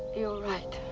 you're right.